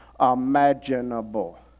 imaginable